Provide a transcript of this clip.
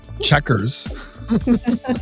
checkers